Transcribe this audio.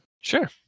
Sure